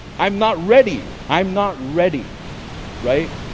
i'm not ready. i'm not ready right,